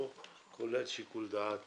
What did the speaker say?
כולל שיקול דעת